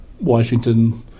Washington